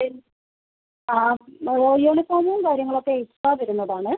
യൂണിഫോമും കാര്യങ്ങളും ഒക്കെ എക്സ്ട്രാ വരുന്നതാണ്